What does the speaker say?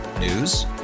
News